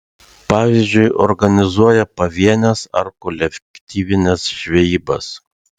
pavyzdžiui organizuoja pavienes ar kolektyvines žvejybas